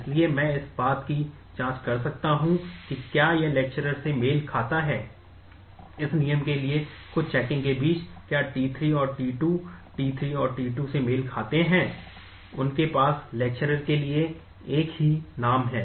इसलिए मैं इस बात की जांच कर सकता हूं कि क्या यह Lecturer से मेल खाता है इस नियम के लिए कुछ चेकिंग के बीच क्या t3 और t2 t3 और t2 से मेल खाते हैं उनके पास Lecturer के लिए एक ही नाम है